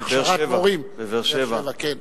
להכשרת מורים, בבאר-שבע.